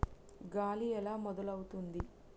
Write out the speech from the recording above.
గాలి ఎలా మొదలవుతుంది?